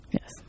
Yes